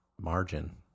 margin